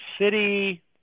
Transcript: city